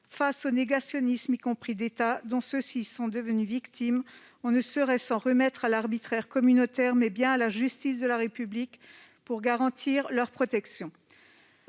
Face au négationnisme, y compris d'État, dont ceux-ci sont victimes, on doit s'en remettre non pas à l'arbitraire communautaire, mais bien à la justice de la République, pour garantir leur protection.